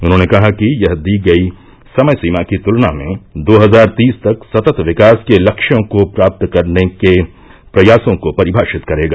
उन्होंने कहा कि यह दी गई समयसीमा की तुलना में दो हजार तीस तक सतत विकास के लक्ष्यों को प्राप्त करने के प्रयासों को परिमाषित करेगा